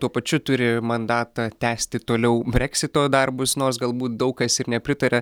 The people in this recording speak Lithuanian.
tuo pačiu turi mandatą tęsti toliau breksito darbus nors galbūt daug kas ir nepritaria